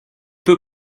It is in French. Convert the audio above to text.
peu